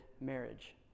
marriage